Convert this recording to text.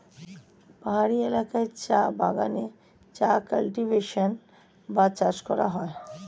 পাহাড়ি এলাকায় চা বাগানে চা কাল্টিভেশন বা চাষ করা হয়